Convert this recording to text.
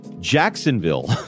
Jacksonville